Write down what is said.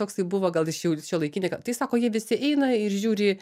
toksai buvo gal iš jau šiuolaikinį tai sako jie visi eina ir žiūri